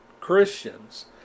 Christians